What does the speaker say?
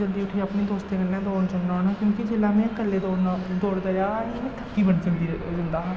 जल्दी उट्ठियै अपने दोस्तें कन्नै गै दौड़न जन्ना होन्नां क्योंकि जिल्लै में कल्ले दौड़नां दौड़दा रेहा में थक्की बड़ी जल्दी रेहा जंदा हा